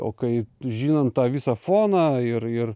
o kai žinom tą visą foną ir ir